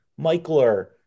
Michler